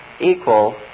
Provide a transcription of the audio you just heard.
equal